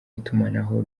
itumanaho